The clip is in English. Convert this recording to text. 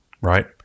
right